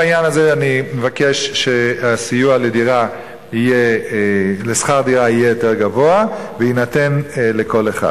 בעניין הזה אני מבקש שהסיוע לשכר דירה יהיה יותר גבוה ויינתן לכל אחד.